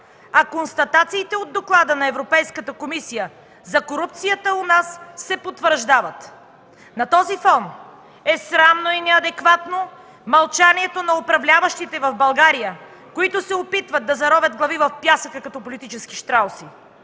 а констатациите от доклада на Европейската комисия за корупцията у нас се потвърждават. На този фон е срамно и неадекватно мълчанието на управляващите в България, които се опитват да заровят глави в пясъка като политически щрауси.